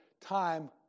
time